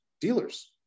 dealers